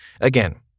Again